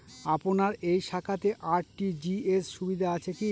আপনার এই শাখাতে আর.টি.জি.এস সুবিধা আছে কি?